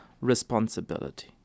responsibility